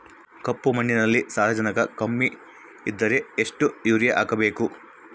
ಕಪ್ಪು ಮಣ್ಣಿನಲ್ಲಿ ಸಾರಜನಕ ಕಮ್ಮಿ ಇದ್ದರೆ ಎಷ್ಟು ಯೂರಿಯಾ ಹಾಕಬೇಕು?